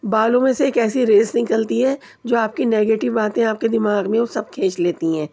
بالوں میں سے ایک ایسی ریز نکلتی ہے جو آپ کی نگیٹو باتیں آپ کے دماغ میں وہ سب کھینچ لیتی ہیں